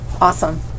Awesome